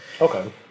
Okay